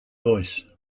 voice